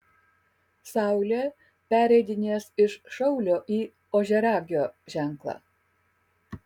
saulė pereidinės iš šaulio į ožiaragio ženklą